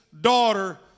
daughter